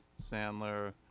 sandler